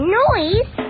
noise